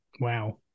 wow